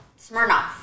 Smirnoff